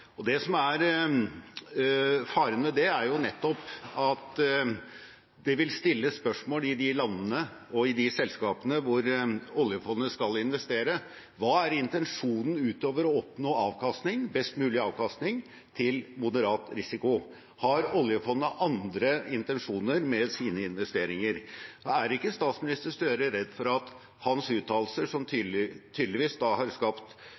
Det som er faren ved det, er nettopp at det vil skape spørsmål i de landene og i de selskapene hvor oljefondet skal investere: Hva er intensjonen utover å oppnå best mulig avkastning til moderat risiko? Har oljefondet andre intensjoner med sine investeringer? Er ikke statsminister Gahr Støre redd for at hans uttalelser, som tydeligvis har skapt